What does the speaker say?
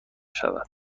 شود